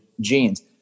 genes